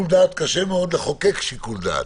קשה מאוד לחוקק שיקול דעת.